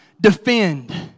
defend